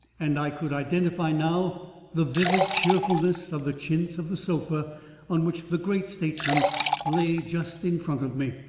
and i could identify now the vivid cheerfulness of the chintz of the sofa on which the great statesman lay just in front of me,